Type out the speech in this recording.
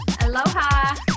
Aloha